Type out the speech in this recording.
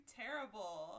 terrible